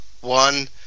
one